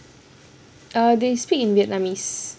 err they speak in vietnamese